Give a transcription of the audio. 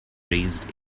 raised